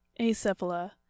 acephala